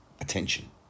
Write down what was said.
attention